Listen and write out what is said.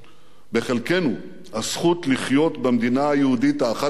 בחלקנו, הזכות לחיות במדינה היהודית האחת והיחידה,